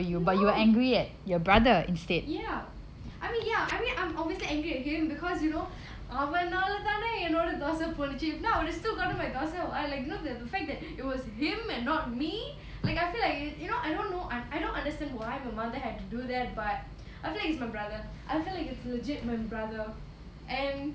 no ya I mean ya I'm obviously angry at him because you know அவனால தான என்னோட தோசை போச்சு:avanaala dhaana ennoda dosai pochu if not I would have still gotten my thosai while you know the fact that it was him and not me like I feel like you know I don't know I don't understand why my mother had to do that but I feel he's my brother I feel like it's legit my brother and